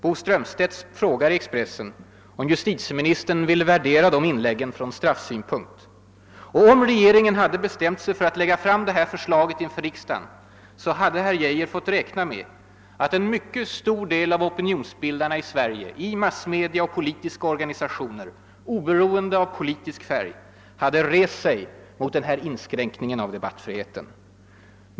Bo Strömstedt frågar i Expressen om justitieministern vill värdera de inläggen från straffsynpunkt. Om regeringen hade bestämt sig för att lägga fram det här förslaget inför riksdagen hade herr Geijer fått räkna med att en mycket stor del av opinionsbildarna i Sverige i massmedia och politiska organisationer, oberoende av politisk färg, hade rest sig mot denna inskränkning i debattfriheten.